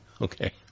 Okay